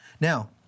Now